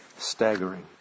Staggering